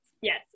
Yes